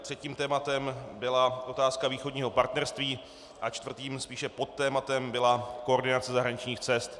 Třetím tématem byla otázka Východního partnerství a čtvrtým, spíše podtématem, byla koordinace zahraničních cest.